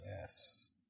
Yes